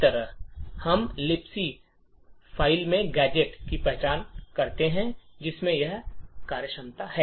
इस तरह हम लिबक फ़ाइल में गैजेट की पहचान करते हैं जिसमें यह कार्यक्षमता है